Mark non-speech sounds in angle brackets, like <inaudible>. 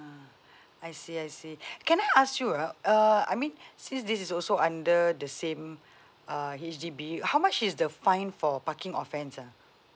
I see I see <breath> can I ask you ah uh I mean since this is also under the same uh H_D_B how much is the fine for parking offense ah